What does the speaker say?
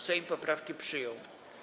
Sejm poprawki przyjął.